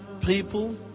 people